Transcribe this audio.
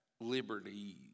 liberty